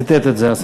ציטט את זה השר.